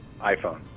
iPhone